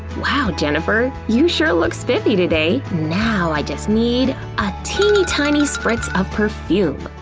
wow, jennifer, you sure look spiffy today! now i just need a teeny-tiny spritz of perfume.